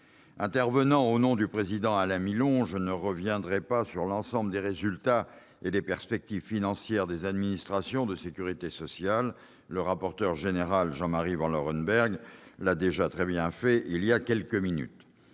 collègues, intervenant au nom du président Alain Milon, je ne reviendrai pas sur l'ensemble des résultats et des perspectives financières des administrations de sécurité sociale : le rapporteur général, Jean-Marie Vanlerenberghe, l'a déjà très bien fait voilà quelques minutes.